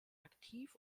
aktiv